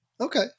Okay